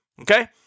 Okay